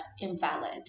invalid